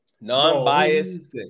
Non-biased